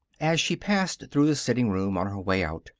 as she passed through the sitting room on her way out,